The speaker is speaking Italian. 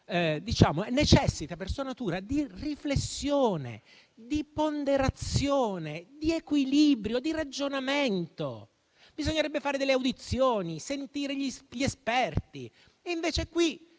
e necessita per sua natura di riflessione, di ponderazione, di equilibrio, di ragionamento. Bisognerebbe svolgere delle audizioni, sentire gli esperti e invece qui